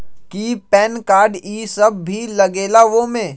कि PAN card इ सब भी लगेगा वो में?